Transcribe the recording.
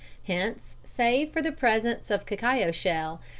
hence, save for the presence of cacao shell,